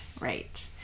right